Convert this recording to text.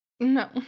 No